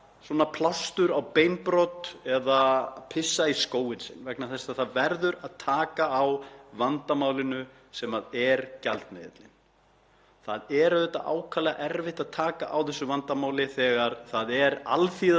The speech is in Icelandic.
Það er auðvitað ákaflega erfitt að taka á þessu vandamáli þegar það er alþýða þessa lands sem tapar en stórir og sterkir aðilar sem hagnast á þessu ástandi.